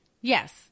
Yes